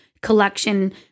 collection